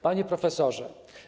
Panie Profesorze!